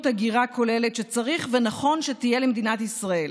הגירה כוללת שצריך ונכון שתהיה למדינת ישראל.